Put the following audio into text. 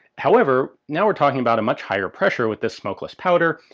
however, now we're talking about a much higher pressure with this smokeless powder,